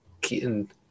Keaton